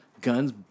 guns